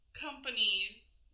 companies